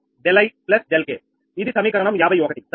ఇది సమీకరణం 51 సరేనా